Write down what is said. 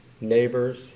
neighbors